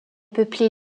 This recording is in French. peuplé